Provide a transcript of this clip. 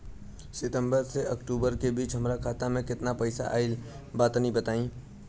सितंबर से अक्टूबर के बीच हमार खाता मे केतना पईसा आइल बा तनि बताईं?